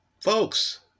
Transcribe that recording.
folks